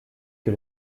que